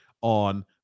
on